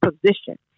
position